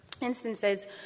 instances